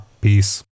peace